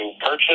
purchase